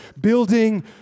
Building